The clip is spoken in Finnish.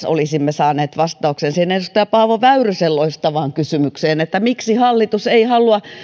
olisimme saaneet vastauksen edes edustaja paavo väyrysen loistavaan kysymykseen miksi hallitus ei halua